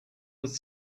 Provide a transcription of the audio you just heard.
was